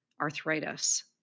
arthritis